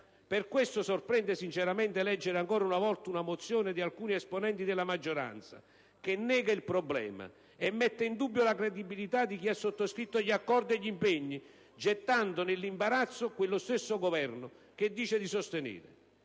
Per questo sorprende sinceramente leggere ancora una volta una mozione di alcuni esponenti della maggioranza che nega il problema e mette in dubbio la credibilità di chi ha sottoscritto gli accordi e gli impegni, gettando nell'imbarazzo quello stesso Governo che dice di sostenere.